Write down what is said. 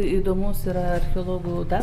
įdomus yra archeologų